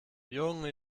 junge